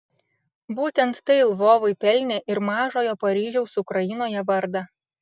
būtent tai lvovui pelnė ir mažojo paryžiaus ukrainoje vardą